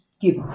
give